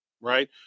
Right